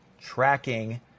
tracking